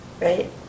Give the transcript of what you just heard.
right